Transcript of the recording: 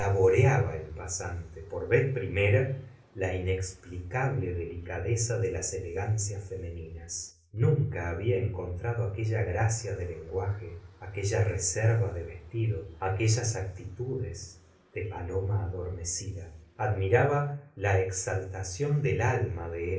pas l te por vez primera la inexpli l la señora de bovary cable delicadeza de las elegancias femeninas nunca había encontrado aquella gracia de lenguaje aquella reserva de vestido aquellas a ctitudes de paloma adormecida admiraba la exaltación del al ma de